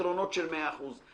פתרונות של מאה אחוז.